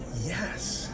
Yes